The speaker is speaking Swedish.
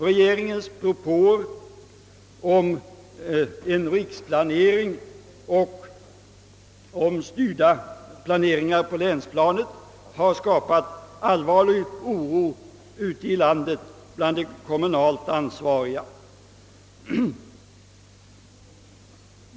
Regeringens propåer om en riksplanering och om styrda planeringar på länsplanet har skapat allvarlig oro bland de kommunalt ansvariga ute i landet.